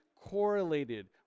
correlated